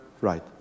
Right